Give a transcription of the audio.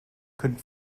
could